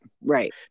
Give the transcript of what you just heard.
Right